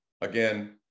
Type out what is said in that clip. again